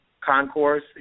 Concourse